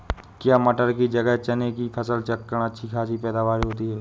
क्या मटर की जगह चने की फसल चक्रण में अच्छी खासी पैदावार होती है?